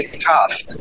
tough